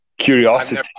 Curiosity